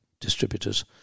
distributors